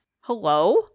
Hello